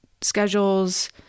schedules